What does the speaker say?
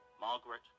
Margaret